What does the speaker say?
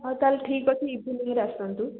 ହଉ ତାହାଲେ ଠିକ୍ ଅଛି ଇଭିନିଂରେ ଆସନ୍ତୁ